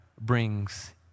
brings